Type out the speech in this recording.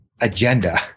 agenda